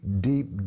deep